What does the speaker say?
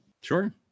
Sure